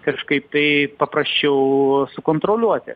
kažkaip tai paprasčiau sukontroliuoti